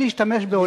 בלי להשתמש בעולם,